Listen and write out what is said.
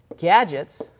gadgets